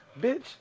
Bitch